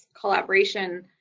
collaboration